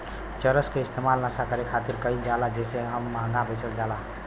चरस के इस्तेमाल नशा करे खातिर कईल जाला जेसे इ महंगा बेचल जाला